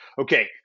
okay –